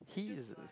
he is a